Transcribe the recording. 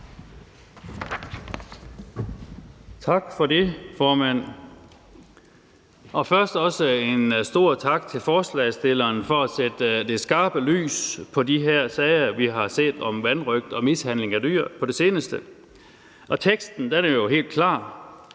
Tak for det, formand, og også først en stor tak til forslagsstillerne for at sætte det skarpe lys på de her sager, vi på det seneste har set, med vanrøgt og mishandling af dyr. Lovteksten er jo helt klar